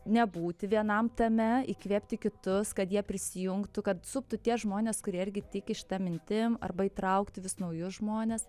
nebūti vienam tame įkvėpti kitus kad jie prisijungtų kad suptų tie žmonės kurie irgi tiki šita mintim arba įtraukti vis naujus žmones